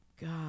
God